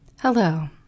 Hello